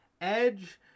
Edge